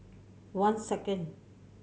one second